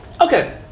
Okay